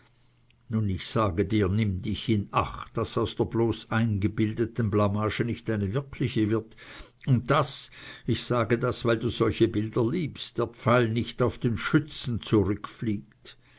nun ich sage dir nimm dich in acht daß aus der bloß eingebildeten blamage nicht eine wirkliche wird und daß ich sage das weil du solche bilder liebst der pfeil nicht auf den schützen